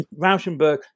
Rauschenberg